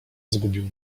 zgubił